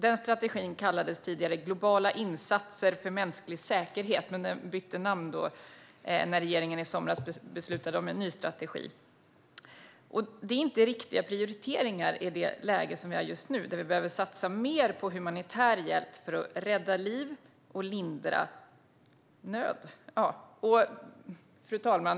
Den strategin kallades tidigare "globala insatser för mänsklig säkerhet" men bytte namn när regeringen i somras beslutade om en ny strategi. Detta är inte riktiga prioriteringar i det läge vi har just nu, där vi behöver satsa mer på humanitär hjälp för att rädda liv och lindra nöd.